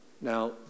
Now